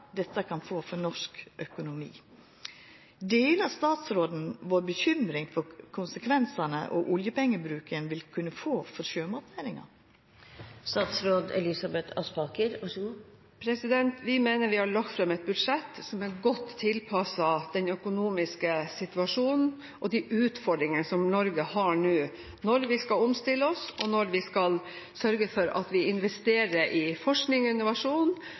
norsk økonomi. Deler statsråden bekymringa vår for konsekvensane oljepengebruken vil kunna få for sjømatnæringa? Vi mener vi har lagt fram et budsjett som er godt tilpasset den økonomiske situasjonen og de utfordringene som Norge har nå når vi skal omstille oss, når vi skal sørge for at vi investerer i forskning og innovasjon,